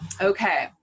Okay